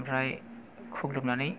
ओमफ्राय खुग्लुबनानै